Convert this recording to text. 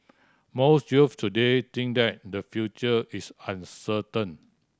most youths today think that their future is uncertain